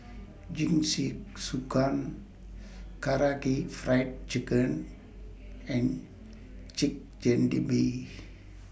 Karaage Fried Chicken and Chigenabe